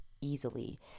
easily